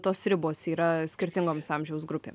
tos ribos yra skirtingoms amžiaus grupėm